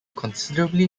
considerably